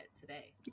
today